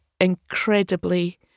incredibly